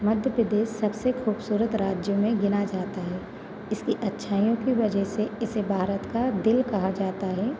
मध्य प्रदेश सबसे खूबसूरत राज्यों में गिना जाता है इसकी अच्छाइयों की वजह से इसे भारत का दिल कहा जाता है